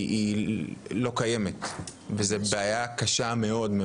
היא פשוט לא קיימת וזו בעיה קשה מאוד,